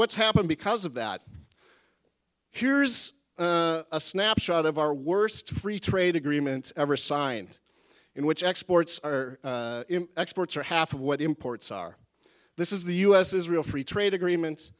what's happened because of that here's a snapshot of our worst free trade agreements ever signed in which exports our exports are half of what imports are this is the us israel free trade agreements